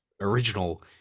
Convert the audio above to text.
original